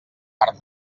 per